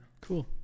cool